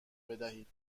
بدهید